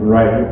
Right